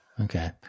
Okay